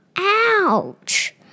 Ouch